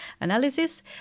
analysis